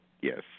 Yes